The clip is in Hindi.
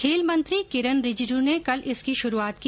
खेल मंत्री किरेन रिजिजू ने कल इसकी शुरूआत की